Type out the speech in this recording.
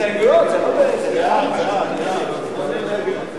הסתייגות מס' 4 של קבוצת סיעת חד"ש לסעיף 1 לא נתקבלה.